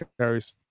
carries